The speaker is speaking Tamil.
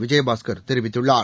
விஜயபாஸ்கர் தெரிவித்துள்ளார்